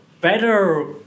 better